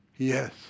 Yes